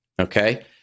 okay